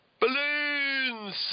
balloons